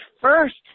first